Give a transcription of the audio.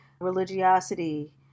religiosity